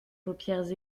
paupières